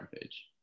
page